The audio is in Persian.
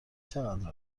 چقدر